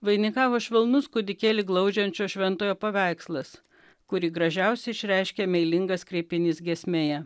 vainikavo švelnus kūdikėlį glaudžiančio šventojo paveikslas kurį gražiausi išreiškia meilingas kreipinys giesmėje